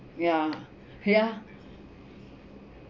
ya ya